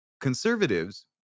conservatives